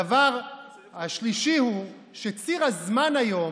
הדבר השלישי הוא שציר הזמן היום,